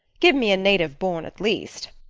give me a native born at least.